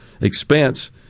expense